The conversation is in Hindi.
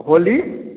होली